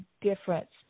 difference